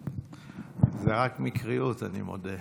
זה רק מקריות, אני מודה.